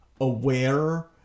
aware